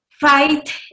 fight